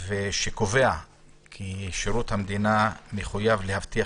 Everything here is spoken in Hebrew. שקובע כי שירות המדינה מחויב להבטיח